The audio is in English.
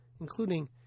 including